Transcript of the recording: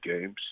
games